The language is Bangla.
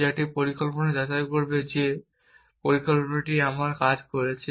যা একটি পরিকল্পনা যাচাই করবে যে এই পরিকল্পনাটি আমার কাজ করছে